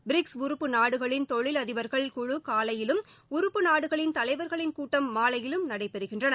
BRICS உறுப்பு நாடுகளின் தொழில் அதிபர்கள் குழு காலையிலும் உறுப்பு நாடுகளின் தலைவர்களின் கூட்டம் மாலையிலும் நடைபெறுகின்றன